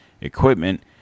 equipment